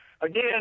again